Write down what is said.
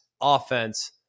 offense